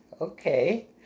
Okay